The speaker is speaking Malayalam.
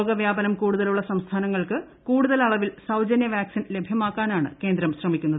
രോഗവ്യാപനം കൂടുതലുള്ള സംസ്ഥാനങ്ങൾക്ക് കൂടുതൽ അളവിൽ സൌജനൃവാക്സിൻ ലഭ്യമാക്കാനാണ് കേന്ദ്രം ശ്രമിക്കുന്നത്